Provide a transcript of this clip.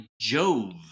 jove